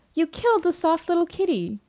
you killed the soft little kitty.